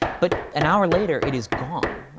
but an hour later, it is gone,